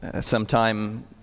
sometime